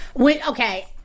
okay